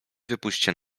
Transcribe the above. wypuśćcie